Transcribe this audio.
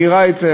מהירה יותר,